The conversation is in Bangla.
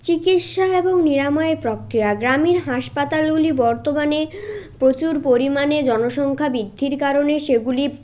চিকিৎসা এবং নিরাময় প্রক্রিয়া গ্রামীণ হাসপাতালগুলি বর্তমানে প্রচুর পরিমাণে জনসংখ্যা বৃদ্ধির কারণে সেগুলি